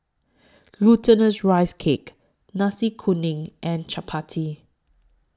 Glutinous Rice Cake Nasi Kuning and Chappati